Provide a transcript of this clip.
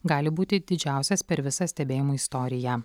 gali būti didžiausias per visą stebėjimų istoriją